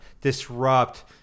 disrupt